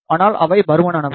ஆனால் அவை பருமனானவை